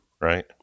right